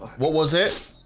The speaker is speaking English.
what was it?